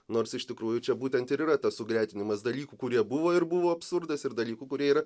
nors iš tikrųjų čia būtent ir yra tas sugretinimas dalykų kurie buvo ir buvo absurdas ir dalykų kurie yra